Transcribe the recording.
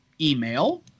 email